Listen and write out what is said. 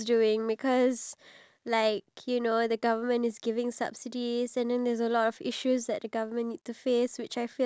let's say your boss is under the government then then if you want to complain about the government you can complain but if let's say